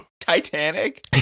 Titanic